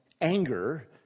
Anger